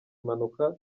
impanuka